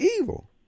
evil